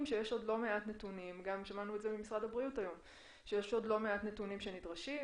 וגם ממשרד הבריאות שיש עוד לא מעט נתונים שנדרשים.